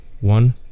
one